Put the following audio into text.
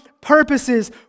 purposes